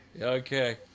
Okay